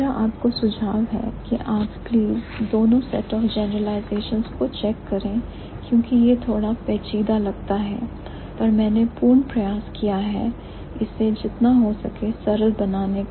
मेरा आपको सुझाव है कि कृपया आप दोनों सेट ऑफ जनरलाइजेशंस को चेक करें क्योंकि यह थोड़ा पेचीदा लगता है पर मैंने पूर्ण प्रयास किया है इसे जितना हो सके सरल बनाने का